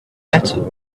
matter